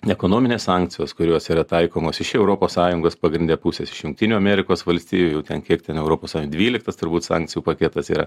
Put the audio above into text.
ekonominės sankcijos kurios yra taikomos iš europos sąjungos pagrinde pusės iš jungtinių amerikos valstijų jau ten kiek ten europos dvyliktas turbūt sankcijų paketas yra